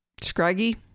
Scraggy